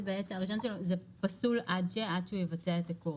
הרישיון פסול עד שהוא יבצע את הקורס.